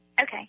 Okay